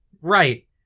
right